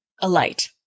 alight